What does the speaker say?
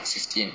sixteen